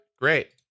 Great